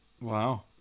wow